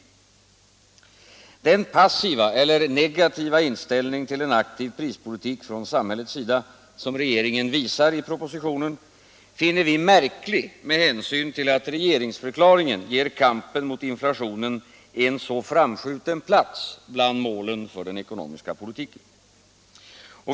— ringslagen Den passiva eller negativa inställning till en aktiv prispolitik från samhällets sida, som regeringen visar i propositionen, finner vi märklig med hänsyn till att regeringsförklaringen ger kampen mot inflationen en så framskjuten plats bland målen för den ekonomiska politiken.